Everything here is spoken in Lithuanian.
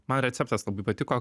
man receptas labai patiko